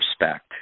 respect